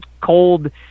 cold